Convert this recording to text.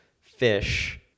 fish